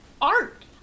Art